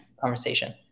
conversation